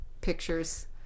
pictures